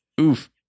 Oof